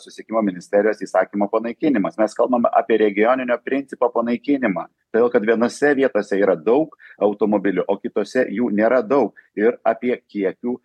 susisiekimo ministerijos įsakymo panaikinimas mes kalbame apie regioninio principo panaikinimą todėl kad vienose vietose yra daug automobilių o kitose jų nėra daug ir apie kiekių